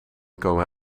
komen